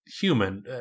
human